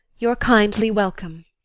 you're kindly welcome.